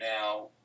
now